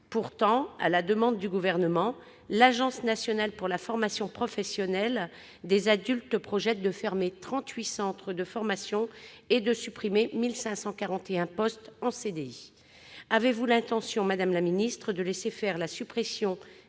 Pourtant, à la demande du Gouvernement, l'Agence nationale pour la formation professionnelle des adultes, l'AFPA, projette de fermer trente-huit centres de formation et de supprimer 1 541 postes en CDI. Avez-vous l'intention, madame la ministre, de laisser fermer des sites